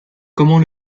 comment